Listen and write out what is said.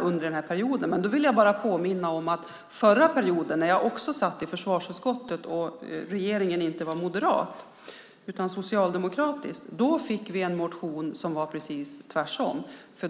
under mandatperioden ifall vi velat göra det. Jag vill påminna om att under den förra mandatperioden - jag satt i försvarsutskottet även då - när regeringen inte var moderat utan socialdemokratisk väcktes en motion som var precis den motsatta.